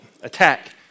Attack